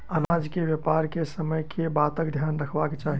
अनाज केँ व्यापार करैत समय केँ बातक ध्यान रखबाक चाहि?